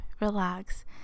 relax